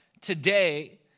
today